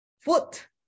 foot